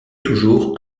toujours